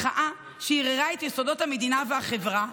מחאה שערערה את יסודות המדינה והחברה,